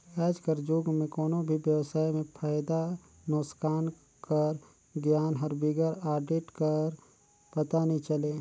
आएज कर जुग में कोनो भी बेवसाय में फयदा नोसकान कर गियान हर बिगर आडिट कर पता नी चले